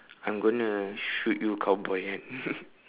I'm gonna shoot you cowboy kan